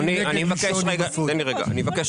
אני חושב